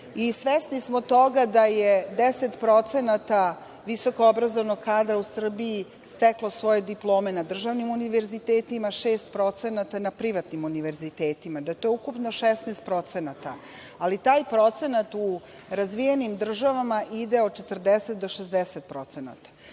Svesni smo toga da je 10% visokoobrazovanog kadra u Srbiji steklo svoje diplome na državnim univerzitetima, 6% na privatnim univerzitetima, da je to ukupno 16%, ali taj procenat u razvijenim državama ide od 40 do 60%.Naš